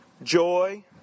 joy